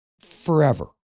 forever